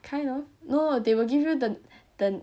kind of no they will give you the the